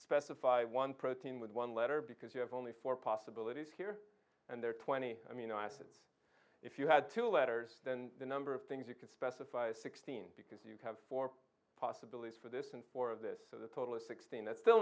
specify one protein with one letter because you have only four possibilities here and there twenty i mean i think if you had two letters then the number of things you could specify sixteen because you have four possibilities for this and four of this so the total of sixteen that still